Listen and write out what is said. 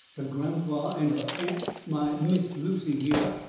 her gram-pa, and her aunt, my miss lucy hyah,